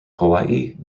hawaii